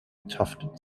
tufted